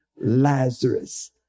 Lazarus